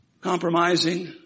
compromising